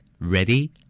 ready